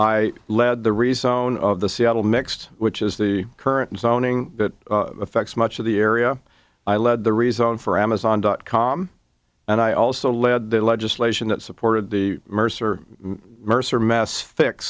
i led the result of the seattle mixed which is the current zoning that affects much of the area i lead the reason for amazon dot com and i also led the legislation that supported the mercer mercer mass fix